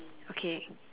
okay